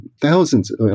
thousands